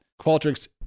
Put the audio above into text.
Qualtrics